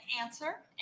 answer